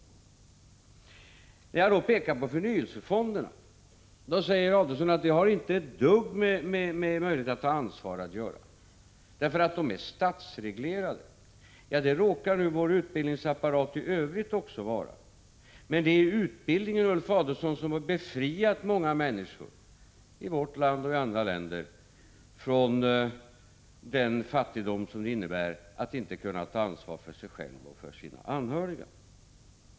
1985/86:123 När jag pekar på förnyelsefonderna, säger Ulf Adelsohn att de inte har ett 22 april 1986 dugg att göra med möjligheterna att ta ansvar, för de är statsreglerade. Ja, det råkar nu vår utbildningsapparat i övrigt också vara. Men det är Om åtgärder för att utbildningen, Ulf Adelsohn, som har befriat många människor, i vårt land främja denekonömiska tillväxten och i andra länder, från den fattigdom som det innebär att inte kunna ta ansvar för sig själv och för sina anhöriga.